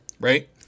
right